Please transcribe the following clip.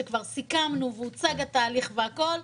שכבר סיכמנו והוצג התהליך והכול,